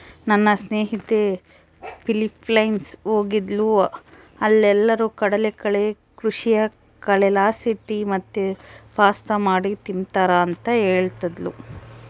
ನನ್ನ ಸ್ನೇಹಿತೆ ಫಿಲಿಪೈನ್ಸ್ ಹೋಗಿದ್ದ್ಲು ಅಲ್ಲೇರು ಕಡಲಕಳೆ ಕೃಷಿಯ ಕಳೆಲಾಸಿ ಟೀ ಮತ್ತೆ ಪಾಸ್ತಾ ಮಾಡಿ ತಿಂಬ್ತಾರ ಅಂತ ಹೇಳ್ತದ್ಲು